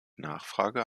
nachfrage